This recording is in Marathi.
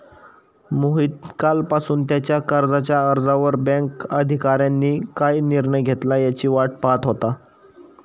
मोहित कालपासून त्याच्या कर्जाच्या अर्जावर बँक अधिकाऱ्यांनी काय निर्णय घेतला याची वाट पाहत होता